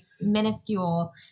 minuscule